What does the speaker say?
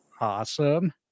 Awesome